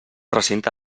recinte